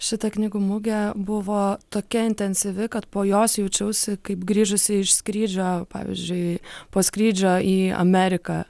šita knygų mugė buvo tokia intensyvi kad po jos jaučiausi kaip grįžusi iš skrydžio pavyzdžiui po skrydžio į ameriką